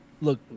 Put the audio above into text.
look